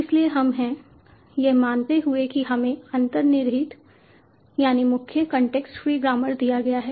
इसलिए हम हैं यह मानते हुए कि हमें अंतर्निहितमुख्य context free ग्रामर दिया गया है